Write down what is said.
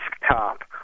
desktop